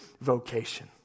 vocation